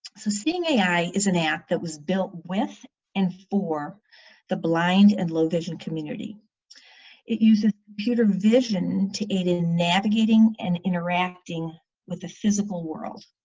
so seeing ai is an app that was built with and for the blind and low-vision community it uses a computer vision to aid in navigating and interacting with the physical world.